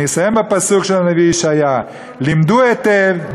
אני אסיים בפסוק של הנביא ישעיה: "למדו היטב,